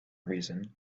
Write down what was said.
reason